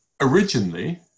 originally